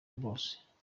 bose